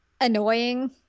annoying